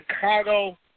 Chicago